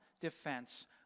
defense